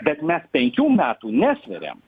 bet mes penkių metų nesveriam